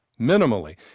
minimally